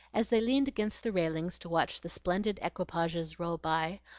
as they leaned against the railing to watch the splendid equipages roll by,